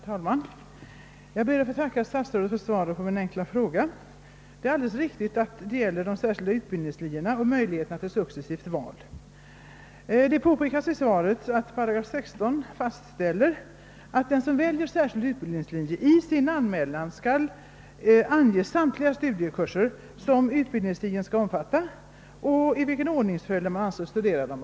Herr talman! Jag ber att få tacka statsrådet Moberg för svaret på min enkla fråga. Det är alldeles riktigt att det här gäller de särskilda utbildningslinjerna och möjligheterna till successivt val där. I svaret framhålles att det i 16 8 fastställes att den som väljer särskild utbildningslinje i sin anmälan skall ange samtliga studiekurser som utbildningslinjen skall omfatta och i vilken ordningsföljd han avser att studera dem.